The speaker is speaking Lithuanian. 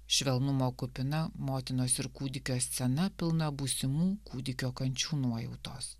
švelnumo kupina motinos ir kūdikio scena pilna būsimų kūdikio kančių nuojautos